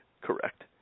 correct